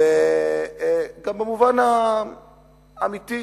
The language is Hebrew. גם במובן האמיתי,